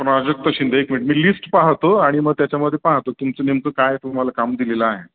प्राजक्ता शिंदे एक मिनिट मी लिस्ट पाहतो आणि मग त्याच्यामध्ये पाहतो तुमचं नेमकं काय तुम्हाला काम दिलेलं आहे